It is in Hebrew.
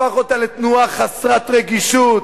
הפך אותה לתנועה חסרת רגישות,